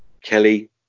kelly